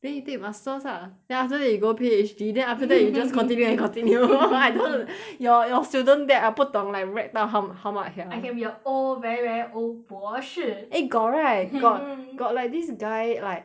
then you take masters lah then after that you go P_H_D then after that you just continue and continue lor I don~ your your student that I 不懂 like rack 到 ho~ how much 了 I can be a old very very old 博士 eh got right got got like this guy like